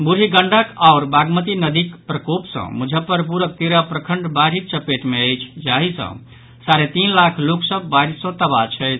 बूढ़ी गंडक आओर बागमती नदीक प्रकोप सॅ मुजफ्फरपुरक तेरह प्रखंड बाढ़िक चपेट मे अछि जाहि सॅ साढ़े तीन लाख लोक सभ बाढ़ि सॅ तबाह छथि